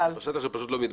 בשטח זה פשוט לא מתבצע.